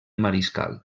mariscal